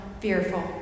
fearful